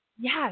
yes